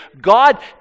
God